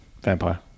Vampire